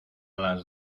las